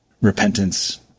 repentance